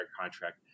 contract